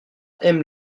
aiment